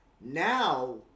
now